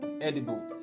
edible